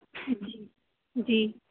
جی جی